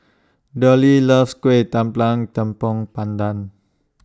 Derl loves Kuih Tepong Pandan